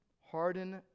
harden